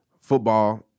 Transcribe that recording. football